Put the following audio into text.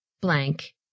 blank